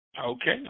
Okay